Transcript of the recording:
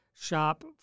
shop